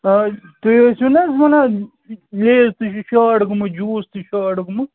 آ تُہۍ ٲسِو نا حظ وَنان لیز تہِ چھُ شارٹ گوٚمُت جوٗس تہِ چھُ شارٹ گوٚمُت